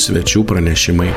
svečių pranešimai